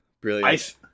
Brilliant